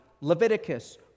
Leviticus